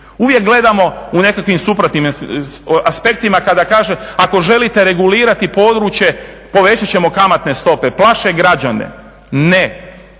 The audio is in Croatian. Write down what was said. Uvijek gledamo u nekakvim suprotnim aspektima, kada kaže, ako želite regulirati područje povećat ćemo kamatne stope. Plaše građane, ne,